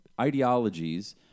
ideologies